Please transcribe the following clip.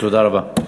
תודה רבה.